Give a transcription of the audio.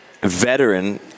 veteran